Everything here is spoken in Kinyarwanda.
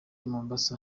mombasa